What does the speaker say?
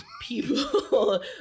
people